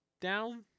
down